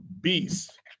Beast